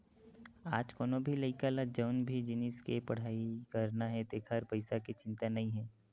आज कोनो भी लइका ल जउन भी जिनिस के पड़हई करना हे तेखर पइसा के चिंता नइ हे